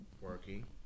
Working